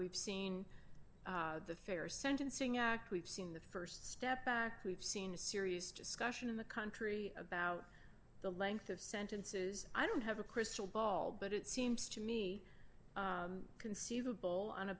we've seen the fair sentencing act we've seen the st step back we've seen a serious discussion in the country about the length of sentences i don't have a crystal ball but it seems to me conceivable on a